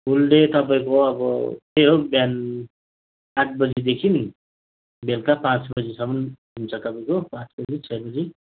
फुल day तपाईँको अब त्यही हो बिहान आठ बजीदेखि बेलुका पाँच बजीसम्म हुन्छ तपाईँको पाँच बजी छ बजी